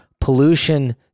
pollution